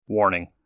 Warning